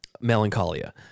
Melancholia